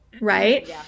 right